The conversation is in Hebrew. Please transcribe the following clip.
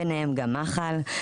ביניהם גם מח"ל (מתנדבי חוץ לארץ),